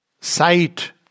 sight